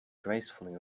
gracefully